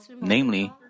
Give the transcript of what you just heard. Namely